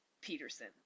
Peterson